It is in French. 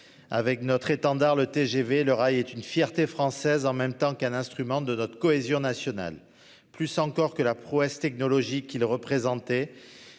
Avec notre étendard le TGV le rail est une fierté française en même temps qu'un instrument de notre cohésion nationale. Plus encore que la prouesse technologique il représentait